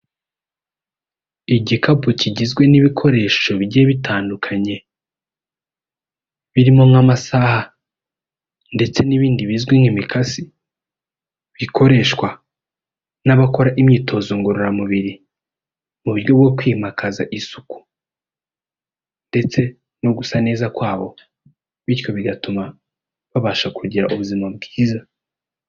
Igikapu kigizwe n'ibikoresho bigiye bitandukanye birimo nk'amasaha ndetse n'ibindi bizwi nk'imikasi bikoreshwa n'abakora imyitozo ngororamubiri mu buryo bwo kwimakaza isuku ndetse no gu gusa neza kwabo bityo bigatuma babasha kugira ubuzima bwiza.